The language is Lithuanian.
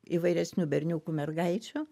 įvairesnių berniukų mergaičių